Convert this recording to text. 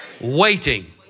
waiting